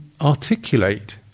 articulate